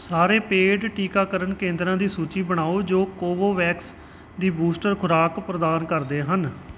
ਸਾਰੇ ਪੇਡ ਟੀਕਾਕਰਨ ਕੇਂਦਰਾਂ ਦੀ ਸੂਚੀ ਬਣਾਓ ਜੋ ਕੋਵੋਵੈਕਸ ਦੀ ਬੂਸਟਰ ਖੁਰਾਕ ਪ੍ਰਦਾਨ ਕਰਦੇ ਹਨ